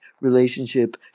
relationship